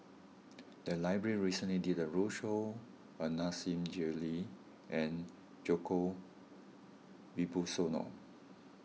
the library recently did a roadshow on Nasir Jalil and Djoko Wibisono